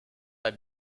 pas